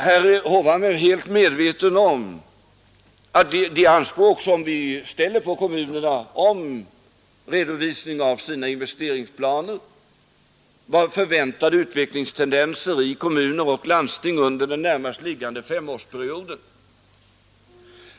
Herr Hovhammar är helt medveten om de anspråk som vi ställer på kommunerna om redovisning av investeringsplaner, av förväntade utvecklingstendenser i kommuner och även landsting under den närmast liggande femårsperioden.